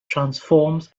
transforms